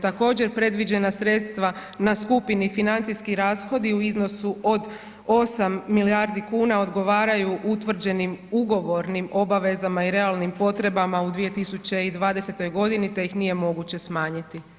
Također predviđena sredstva na skupini financijski rashodi u iznosu od 8 milijardi kuna odgovaraju utvrđenim ugovornim obavezama i realnim potrebama u 2020. godini te ih nije mogu smanjiti.